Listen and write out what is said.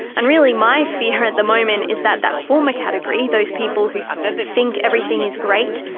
and really my fear at the moment is that that former category, those people who think everything is great,